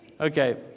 Okay